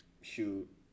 shoot